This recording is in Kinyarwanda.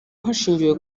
hashingiwe